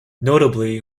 notably